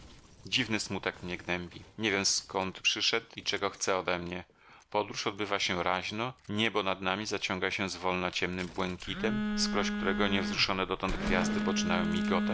dziwny smutek mnie gnębi nie wiem zkąd przyszedł i czego chce odemnie podróż odbywa się raźno niebo nad nami zaciąga się zwolna ciemnym błękitem skroś którego nie wzruszone dotąd gwiazdy poczynają migotać